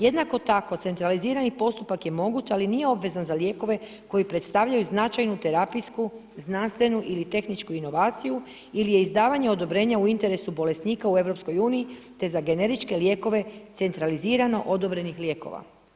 Jednako tako centralizirani postupak je moguć ali nije obvezan za lijekove koji predstavljaju značajnu terapijsku, znanstvenu ili tehničku inovaciju ili je izdavanje odobrenja u interesu bolesnika u Europskoj uniji te za generičke lijekove centralizirano odobrenih lijekova.